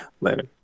Later